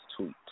tweet